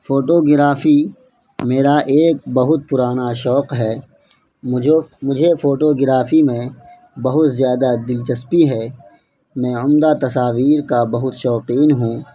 photography میرا ایک بہت پرانا شوق ہے مجھے مجھے فوٹوگرافی میں بہت زیادہ دلچسپی ہے میں عمدہ تصاویر کا بہت شوقین ہوں